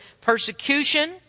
persecution